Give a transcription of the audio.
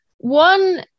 One